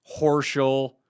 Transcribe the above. Horschel